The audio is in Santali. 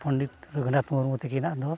ᱯᱚᱱᱰᱤᱛ ᱨᱟᱹᱜᱷᱩᱱᱟᱛ ᱢᱩᱨᱢᱩ ᱛᱟᱹᱠᱤᱱᱟᱜ ᱫᱚ